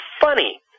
funny